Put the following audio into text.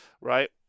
right